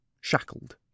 shackled